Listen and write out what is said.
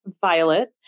Violet